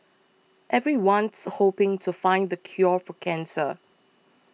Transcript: everyone's hoping to find the cure for cancer